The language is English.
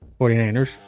49ers